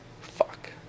fuck